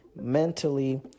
mentally